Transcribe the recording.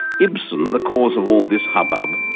ibsen, the cause of all this hubbub,